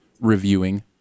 reviewing